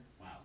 Wow